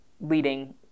leading